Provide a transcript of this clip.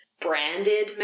branded